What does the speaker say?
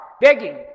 Begging